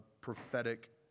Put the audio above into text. prophetic